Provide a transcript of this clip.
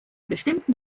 bestimmten